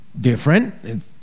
different